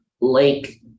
lake